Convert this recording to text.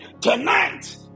tonight